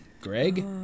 Greg